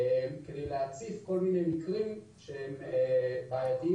על מנת להציף כל מיני מקרים שהם בעייתיים,